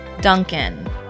Duncan